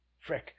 Frick